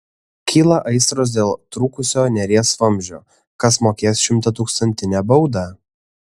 kyla aistros dėl trūkusio neries vamzdžio kas mokės šimtatūkstantinę baudą